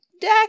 deck